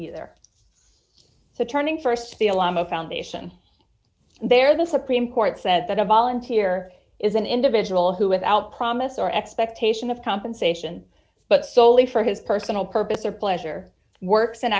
either so turning st the alarm a foundation there the supreme court said that a volunteer is an individual who without promise or expectation of compensation but solely for his personal purpose or pleasure works and